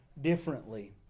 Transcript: differently